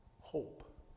hope